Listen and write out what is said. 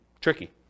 tricky